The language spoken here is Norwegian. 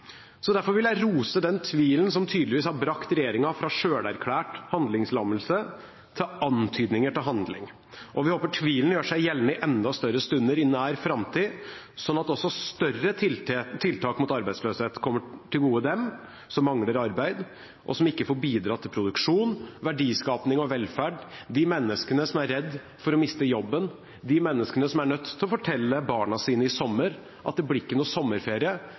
Derfor vil jeg rose den tvilen som tydeligvis har brakt regjeringen fra selverklært handlingslammelse til antydninger til handling. Og vi håper tvilen gjør seg gjeldende i enda større stunder i nær framtid, sånn at også større tiltak mot arbeidsløshet kommer dem til gode som mangler arbeid og ikke får bidratt til produksjon, verdiskapning og velferd, de menneskene som er redd for å miste jobben, de menneskene som i sommer er nødt til å fortelle barna sine at det ikke blir noen sommerferie, de menneskene som nå ikke